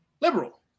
liberal